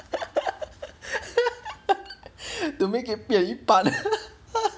to make it 变一半